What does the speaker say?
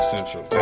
Central